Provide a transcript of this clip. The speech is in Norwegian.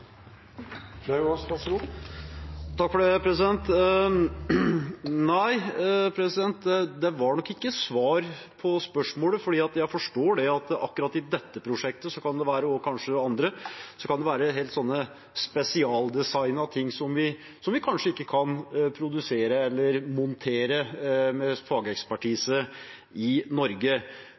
Lauvås. Det blir replikkordskifte. Nei, det var nok ikke svar på spørsmålet. Jeg forstår at det i akkurat dette prosjektet, som kanskje også i andre, kan være helt spesialdesignede ting som vi kanskje ikke kan produsere eller montere med fagekspertise i Norge.